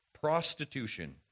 Prostitution